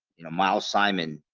you know miles simon